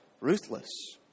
ruthless